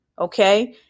okay